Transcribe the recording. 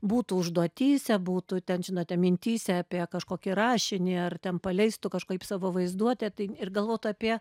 būtų užduotyse būtų ten žinote mintyse apie kažkokį rašinį ar ten paleistų kažkaip savo vaizduotę tai ir galvotų apie